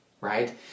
right